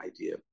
idea